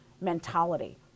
mentality